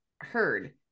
heard